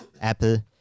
Apple